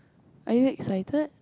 are you excited